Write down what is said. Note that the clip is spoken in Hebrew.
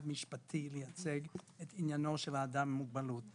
משפטי לייצג את עניינו של האדם עם מוגבלות,